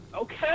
Okay